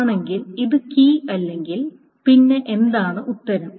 ആണെങ്കിൽ അത് കീ അല്ലെങ്കിൽ പിന്നെ എന്താണ് ഉത്തരം